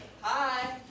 Hi